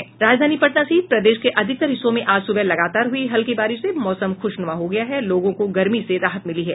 राजधानी पटना सहित प्रदेश के अधिकतर हिस्सों में आज सुबह लगातार हुई हल्की बारिश से मौसम खुशनुमा हो गया है और लोगों को गर्मी से राहत मिली है